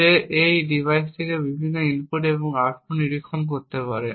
সে সেই ডিভাইস থেকে বিভিন্ন ইনপুট বা আউটপুট নিরীক্ষণ করতে পারে